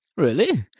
really!